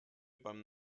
beim